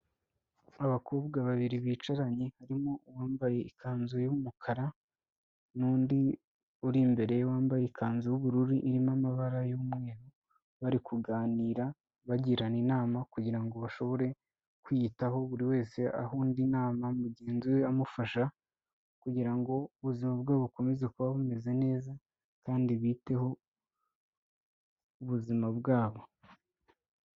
Abakobwa babiri bicaranye harimo uwambaye ikanzu y'umukara n'undi uri imbere wambaye ikanzu y'ubururu irimo amabara y'umweru bari kuganira bagirana inama kugira ngo bashobore kwiyitaho buri wese aha undi inama mugenzi we amufasha kugira ngo ubuzima bwabo bukomeze kuba bumeze neza kandi biteho ubuzima bwabo.